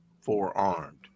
forearmed